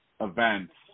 events